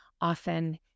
often